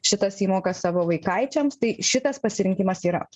šitas įmokas savo vaikaičiams tai šitas pasirinkimas yra